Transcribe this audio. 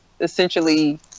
essentially